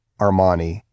Armani